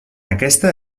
aquesta